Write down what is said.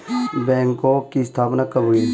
बैंकों की स्थापना कब हुई?